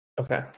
Okay